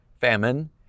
famine